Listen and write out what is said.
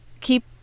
Keep